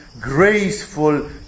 graceful